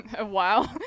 wow